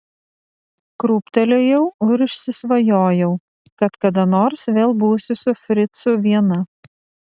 krūptelėjau ir užsisvajojau kad kada nors vėl būsiu su fricu viena